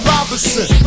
Robinson